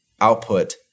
output